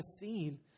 seen